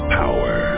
power